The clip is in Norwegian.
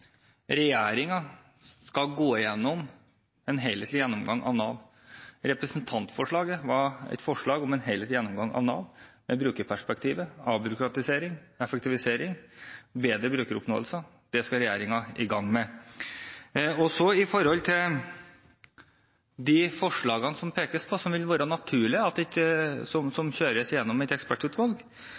forslag om en helhetlig gjennomgang av Nav med tanke på brukerperspektivet, avbyråkratisering, effektivisering og bedre brukeroppnåelse. Det skal regjeringen i gang med. Så til de forslagene som det pekes på at vil være naturlig å kjøre gjennom et ekspertutvalg, og som